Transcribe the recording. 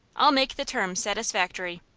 i'll make the terms satisfactory.